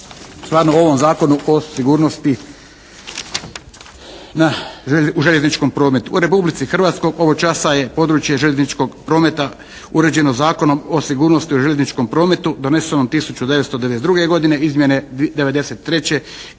stvarno ovom Zakonu o sigurnosti u željezničkom prometu. U Republici Hrvatskoj ovog časa je područje željezničkog prometa uređeno Zakonom o sigurnosti u željezničkom prometu donesenom 1992. godine, izmjene '93. i